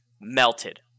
Melted